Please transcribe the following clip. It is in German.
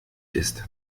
ist